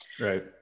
Right